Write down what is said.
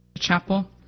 chapel